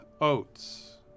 oats